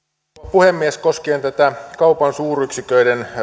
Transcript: puhemies koskien kaupan suuryksiköiden